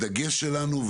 הדגש שלנו,